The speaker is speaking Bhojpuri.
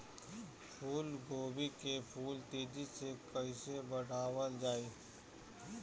फूल गोभी के फूल तेजी से कइसे बढ़ावल जाई?